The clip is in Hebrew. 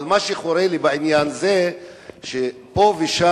אבל מה שחורה לי בעניין זה שפה ושם יש כמה,